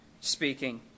speaking